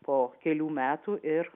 po kelių metų ir